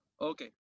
Okay